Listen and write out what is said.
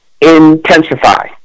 intensify